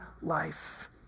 life